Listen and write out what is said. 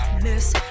Miss